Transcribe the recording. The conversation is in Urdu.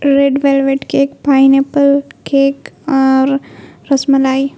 red velvet cake pineapple cake اور رس ملائی